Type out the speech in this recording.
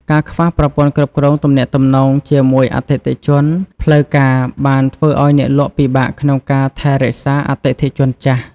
ការខ្វះប្រព័ន្ធគ្រប់គ្រងទំនាក់ទំនងជាមួយអតិថិជន ផ្លូវការបានធ្វើឱ្យអ្នកលក់ពិបាកក្នុងការថែរក្សាអតិថិជនចាស់។